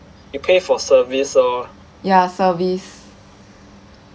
ya service